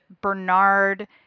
Bernard